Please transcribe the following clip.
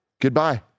Goodbye